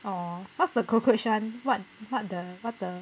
oh what's the cockroach [one] what what the what the